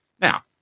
now